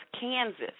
Kansas